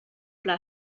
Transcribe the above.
pla